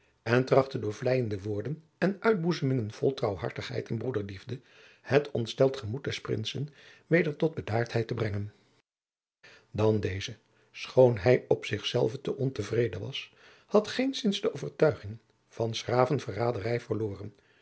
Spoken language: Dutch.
en trachtte door vleiende woorden en uitboezemingen vol trouwhartigheid en broederliefde het ontsteld gemoed des princen weder tot bedaardheid te brengen dan deze schoon hij op zich zelven te onvrede was had geenszins de overtuiging van s graven jacob van lennep de pleegzoon verraderij verloren